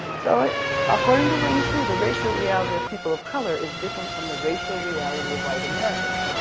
so according to wing sue the racial reality of people of color is different from the racial reality of white americans.